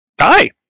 Hi